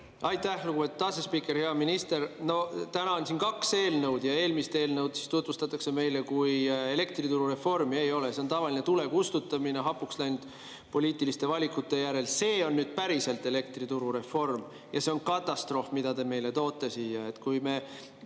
Aitäh, lugupeetud asespiiker! Hea minister! Täna on siin kaks eelnõu ja eelmist eelnõu tutvustati meile kui elektrituru reformi. Ei ole, see on tavaline tule kustutamine hapuks läinud poliitiliste valikute järel. See on nüüd päriselt elektrituru reform ja see on katastroof, mida te meile siia